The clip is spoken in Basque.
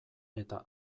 eta